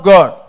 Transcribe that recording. God